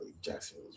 Jackson